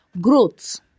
growth